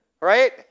right